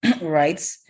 right